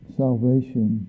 salvation